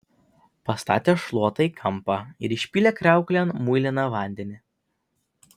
pastatė šluotą į kampą ir išpylė kriauklėn muiliną vandenį